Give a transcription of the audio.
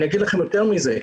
אני אגיד לכם יותר מזה.